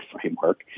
framework